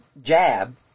jab